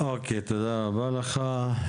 תודה רבה לך.